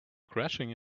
crashing